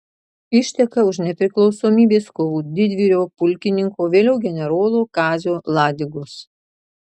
išteka už nepriklausomybės kovų didvyrio pulkininko vėliau generolo kazio ladigos